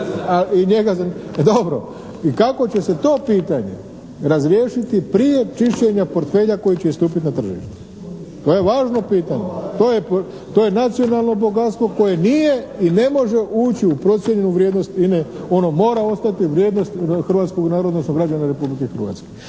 I kako će se to pitanje razriješiti prije čišćenja portfelja koji će istupiti na tržište. To je važno pitanje, to je nacionalno bogatstvo koje nije i ne može ući u procijenjenu vrijednost INA-e. Ono mora ostati vrijednost hrvatskog narodnog, odnosno građana Republike Hrvatske.